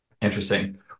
Interesting